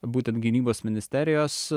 būtent gynybos ministerijos